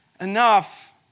enough